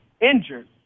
injured